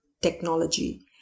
technology